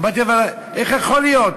אמרתי: אבל איך יכול להיות?